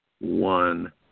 one